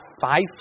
five